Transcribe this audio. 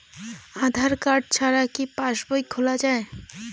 আধার card ছাড়া কি পাসবই খোলা যায়?